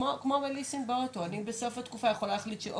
כמו בליסינג באוטו אני בסוף התקופה יכולה להחליט "אוקיי,